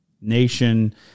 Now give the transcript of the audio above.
nation